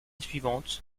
suivante